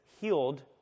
healed